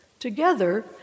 Together